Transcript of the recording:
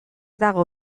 dago